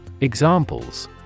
Examples